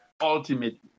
ultimately